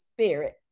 spirit